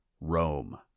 Rome